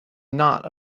not